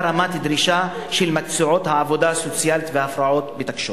רמת דרישה של מקצועות העבודה הסוציאלית וההפרעות בתקשורת,